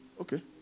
Okay